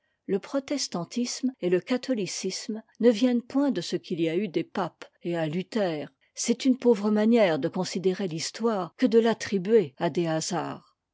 le protestantisme et le catholicisme ne viennent point de ce qu'il y a eu des papes et un luther c'est une pauvre manière de considérer l'histoire que de l'attribuer à des hasards